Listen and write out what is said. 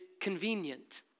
convenient